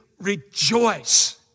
rejoice